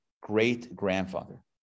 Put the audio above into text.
great-grandfather